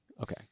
Okay